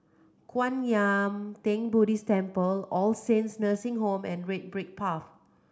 Kwan Yam Theng Buddhist Temple All Saints Nursing Home and Red Brick Path